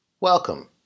Welcome